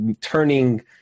turning